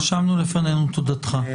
רשמנו לפנינו את תודתך.